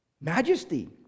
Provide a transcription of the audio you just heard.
Majesty